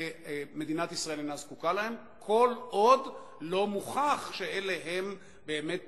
ומדינת ישראל אינה זקוקה להם כל עוד לא מוכח שאלה הם באמת